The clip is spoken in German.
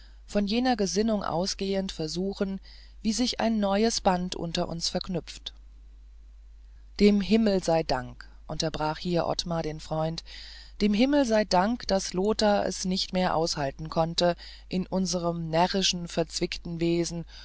von jener gesinnung ausgehend versuchen wie sich ein neues band unter uns verknüpft dem himmel sei gedankt unterbrach hier ottmar den freund dem himmel sei gedankt daß lothar es nicht mehr aushalten konnte in unserm närrischen verzwickten wesen